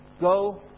Go